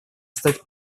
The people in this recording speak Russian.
стать